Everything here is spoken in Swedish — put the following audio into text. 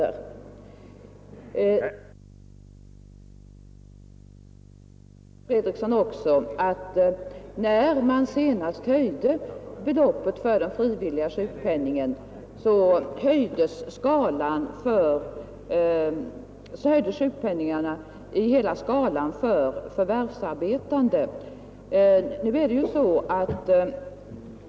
Herr Fredriksson sade också att när man höjde beloppet för den frivilliga sjukpenningen så höjdes sjukpenningen över hela skalan för förvärvsarbetande.